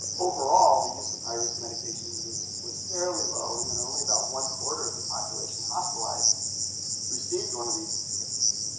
overall, the use of high-risk medications was was fairly low and that only about one quarter of the population hospitalized received one of these prescriptions,